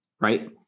right